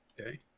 Okay